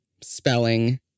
spelling